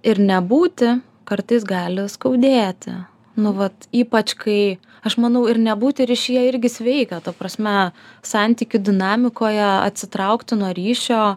ir nebūti kartais gali skaudėti nu vat ypač kai aš manau ir nebūti ryšyje irgi sveika ta prasme santykių dinamikoje atsitraukti nuo ryšio